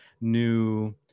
new